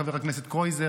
חבר הכנסת קרויזר,